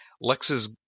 lex's